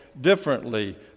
differently